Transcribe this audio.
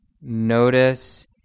Notice